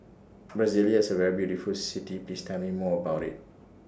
Brasilia IS A very beautiful City Please Tell Me More about IT